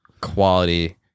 quality